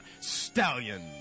Stallion